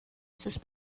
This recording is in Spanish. sus